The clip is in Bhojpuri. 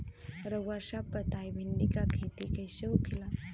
रउआ सभ बताई भिंडी क खेती कईसे होखेला?